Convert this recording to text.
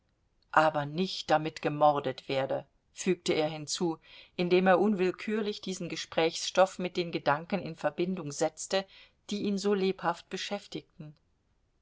aber nicht damit gemordet werde fügte er hinzu indem er unwillkürlich diesen gesprächsstoff mit den gedanken in verbindung setzte die ihn so lebhaft beschäftigten